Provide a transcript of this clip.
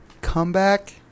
comeback